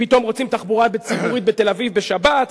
פתאום רוצים תחבורה ציבורית בתל-אביב בשבת.